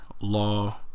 law